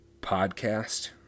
podcast